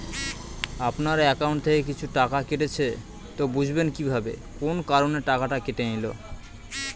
আপনার একাউন্ট থেকে কিছু টাকা কেটেছে তো বুঝবেন কিভাবে কোন কারণে টাকাটা কেটে নিল?